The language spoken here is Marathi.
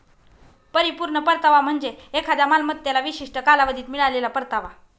परिपूर्ण परतावा म्हणजे एखाद्या मालमत्तेला विशिष्ट कालावधीत मिळालेला परतावा